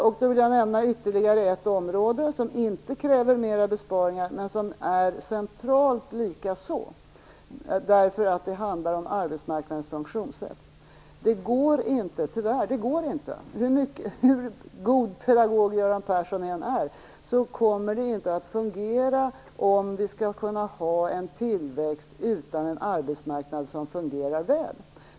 Jag vill nämna ytterligare ett område där det inte krävs mera besparingar men som likaså är centralt. Det handlar om arbetsmarknadens funktionssätt. Det går tyvärr inte, hur god pedagog Göran Persson än är, att få det hela att fungera om vi skall kunna ha en tillväxt utan en arbetsmarknaden som inte fungerar väl.